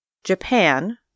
Japan